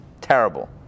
terrible